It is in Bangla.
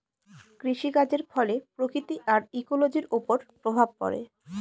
কৃষিকাজের ফলে প্রকৃতি আর ইকোলোজির ওপর প্রভাব পড়ে